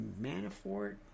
Manafort